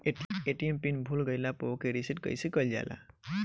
ATM pin भूल गईल पर ओके रीसेट कइसे कइल जाला?